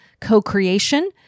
co-creation